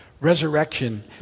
resurrection